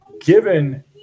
Given